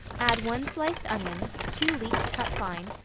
add one sliced onion, two leeks cut fine,